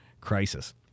crisis